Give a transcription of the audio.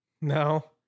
No